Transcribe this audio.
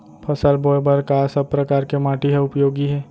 फसल बोए बर का सब परकार के माटी हा उपयोगी हे?